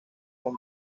con